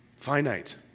finite